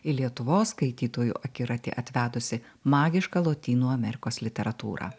į lietuvos skaitytojų akiratį atvedusį magišką lotynų amerikos literatūrą